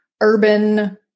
urban